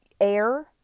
air